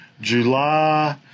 July